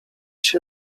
się